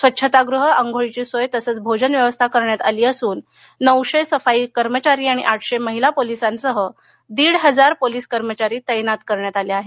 स्वच्छतागृह आंघोळीची सोय तसच भोजन व्यवस्था करण्यात आली असून नऊशे सफाई कर्मचारी आणि आठशे महिला पोलीसांसह दीड हजार पोलीस कर्मचारी तैनात करण्यात आले आहेत